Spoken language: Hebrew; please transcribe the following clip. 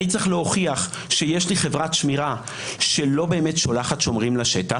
אני צריך להוכיח שיש לי חברת שמירה שלא באמת שולחת שומרים לשטח.